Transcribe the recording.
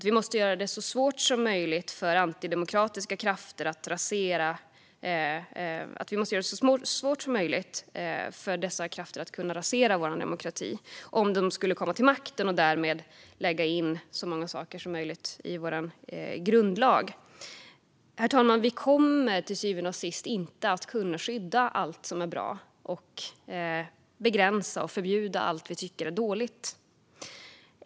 Vi måste göra det så svårt som möjligt för antidemokratiska krafter, om de skulle komma till makten, att rasera vår demokrati, och vi måste därmed lägga in så många saker som möjligt i vår grundlag. Herr talman! Vi kommer till syvende och sist inte att kunna skydda allt som är bra och begränsa eller förbjuda allt vi tycker är dåligt.